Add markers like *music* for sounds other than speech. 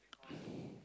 *breath*